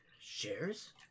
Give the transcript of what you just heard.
shares